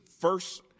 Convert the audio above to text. first